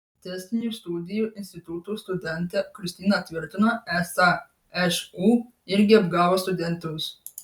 tęstinių studijų instituto studentė kristina tvirtino esą šu irgi apgavo studentus